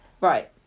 Right